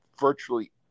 virtually